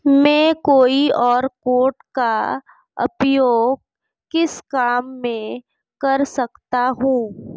मैं QR code का उपयोग किस काम में कर सकता हूं?